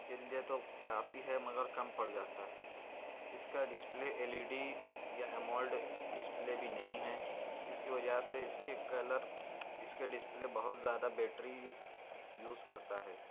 کے لیے تو کافی ہے مگر کم پڑ جاتا ہے اس کا ڈسپلے ایل ای ڈی یا امولڈ ڈسپلے بھی نہیں ہے اس کی وجہ سے اس کے کلر اس کے ڈسپلے بہت زیادہ بیٹری یوز کرتا ہے